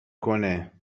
کنه